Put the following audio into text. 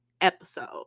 episode